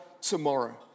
tomorrow